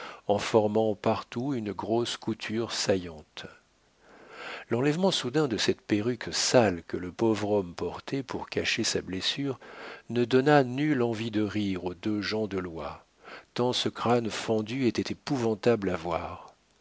en formant partout une grosse couture saillante l'enlèvement soudain de cette perruque sale que le pauvre homme portait pour cacher sa blessure ne donna nulle envie de rire aux deux gens de loi tant ce crâne fendu était épouvantable à voir